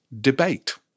debate